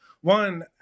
one